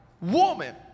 Woman